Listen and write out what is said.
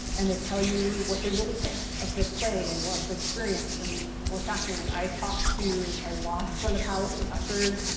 and they tell you what they really think of the play and the experience and what's happening. i talked to a lot of front of house and ushers.